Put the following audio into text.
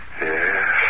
Yes